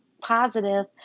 positive